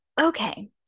Okay